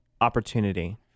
opportunity